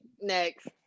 next